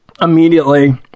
immediately